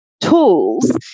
tools